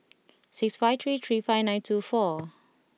six five three three five nine two four